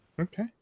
Okay